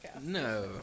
No